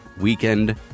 weekend